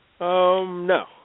no